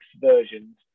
versions